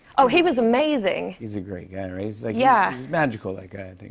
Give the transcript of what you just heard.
oh, he was amazing. he's a great guy. he's yeah magical, that guy.